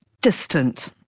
distant